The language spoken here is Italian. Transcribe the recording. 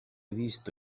visto